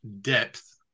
depth